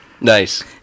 Nice